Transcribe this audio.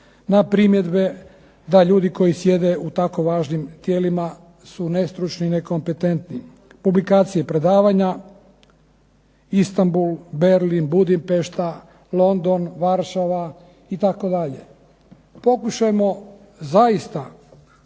na primjedbe da ljudi koji sjede u tako važnim tijelima su nestručni i nekompetentni. Publikacije, predavanja. Istanbul, Berlin, Budimpešta, London, Varšava itd. Pokušajmo zaista